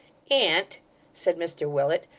an't said mr willet,